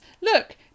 look